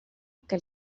que